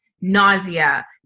nausea